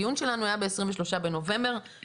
כי הדיון שלנו היה ב-23 בנובמבר, עבר חודש מאז.